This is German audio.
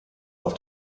auf